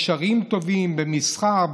לקשרים טובים במסחר,